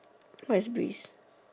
what is beast